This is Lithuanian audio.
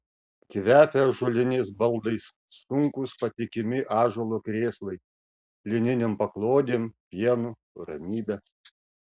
kvepia ąžuoliniais baldais sunkūs patikimi ąžuolo krėslai lininėm paklodėm pienu ramybe